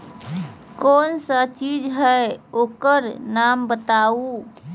कौन सा चीज है ओकर नाम बताऊ?